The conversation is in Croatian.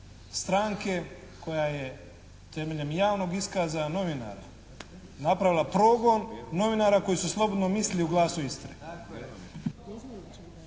stranke koja je temeljem javnog iskaza novinara napravila progon novinara koji su slobodno mislili u Glasu Istre.